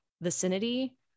vicinity